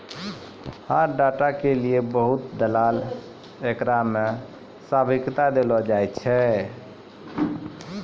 data के लेली बहुते दलाल एकरा मे सहभागिता देलो जाय छै